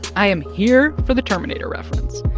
i am here for the terminator reference.